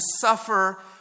suffer